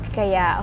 kaya